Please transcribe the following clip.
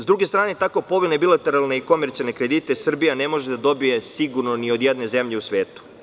Sa druge strane, tako povoljne, bilateralne i komercijalne kredite Srbija ne može da dobije sigurno ni od jedne zemlje u svetu.